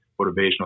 motivational